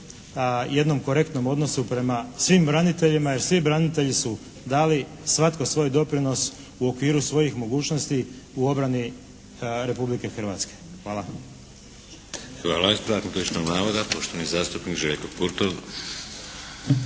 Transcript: jednom korektnom odnosu prema svim braniteljima jer svi branitelji su dali svatko svoj doprinos u okviru svojih mogućnosti u obrani Republike Hrvatske. Hvala. **Šeks, Vladimir (HDZ)** Hvala. Ispravak netočnog navoda poštovani zastupnik Željko Kurtov.